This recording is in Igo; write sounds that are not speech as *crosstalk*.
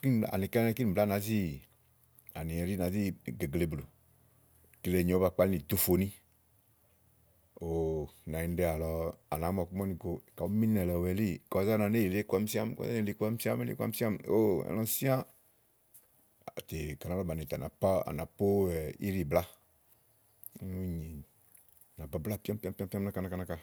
kíni blàá anikɛ́ kínì blàá áni ɛɖí nàá zi ègegle blù kile nyòo ówó ba kpalí ni íɖò fòní òò nànyiɖe àlɔ à nàá mu ɔku màa úni go kayi ùú mi ínɛ̀ lèe ɔwɛ élíì kɔ zɛ nɔ ni é yìilì iku àámi si ámi é yiìili iku àámi si ámì òó ɛnɛ́ bɔ̀sìã tè ka á ná ɖɔ̀ bàni tè à nà pó íɖì plaà ù na babláà píám píám píám píám náka náka anaka. *hesitation*